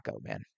man